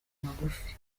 magufi